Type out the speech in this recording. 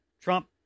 Trump